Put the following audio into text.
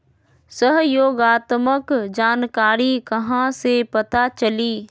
सहयोगात्मक जानकारी कहा से पता चली?